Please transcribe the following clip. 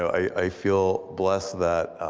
i feel blessed that